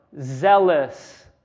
zealous